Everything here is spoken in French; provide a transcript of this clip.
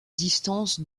distance